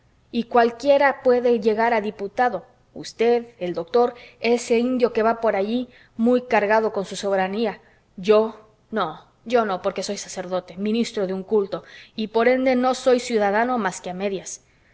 y cualquiera puede llegar a diputado usted el doctor ese indio que va por allí muy cargado con su soberanía yo no yo no porque soy sacerdote ministro de un culto y por ende no soy ciudadano más que a medias